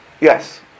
yes